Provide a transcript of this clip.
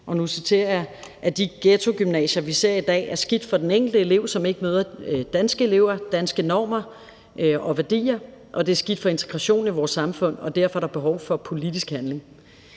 og nu citerer jeg: »De ghettogymnasier, vi ser i dag, er skidt for den enkelte elev, som ikke møder danske elever, danske normer og værdier. Men det er jo også skidt for integrationen i vores samfund, og derfor er der behov for politisk handling«.